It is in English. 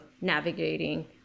navigating